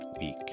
week